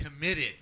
committed